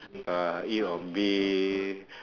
uh eat on bed